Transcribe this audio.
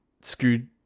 screwed